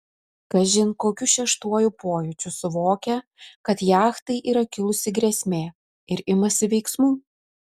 kažin kokiu šeštuoju pojūčiu suvokia kad jachtai yra kilusi grėsmė ir imasi veiksmų